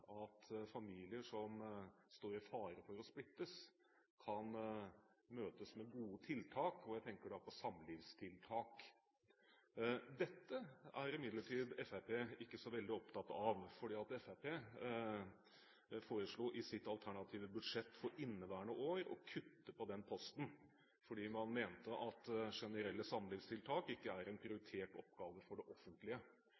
at familier som står i fare for å splittes, kan møtes med gode tiltak. Jeg tenker da på samlivstiltak. Dette er imidlertid Fremskrittspartiet ikke så veldig opptatt av, for Fremskrittspartiet foreslo i sitt alternative budsjett for inneværende år å kutte på den posten, fordi man mente at generelle samlivstiltak ikke er en